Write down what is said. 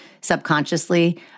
subconsciously